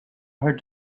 her